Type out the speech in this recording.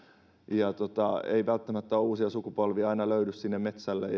ja ei välttämättä uusia sukupolvia aina löydy sinne metsälle